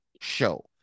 show